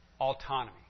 autonomy